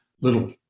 little